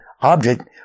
object